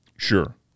Sure